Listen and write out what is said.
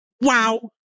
Wow